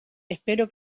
espero